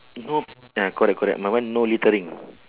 you go ya correct correct my one no littering